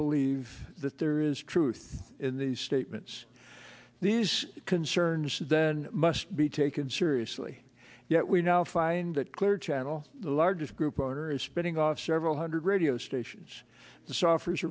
believe that there is truth in these statements these concerns then must be taken seriously yet we now find that clear channel the largest group owner is spinning off several hundred radio s